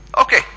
okay